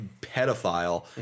pedophile